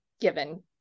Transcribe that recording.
given